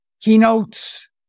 keynotes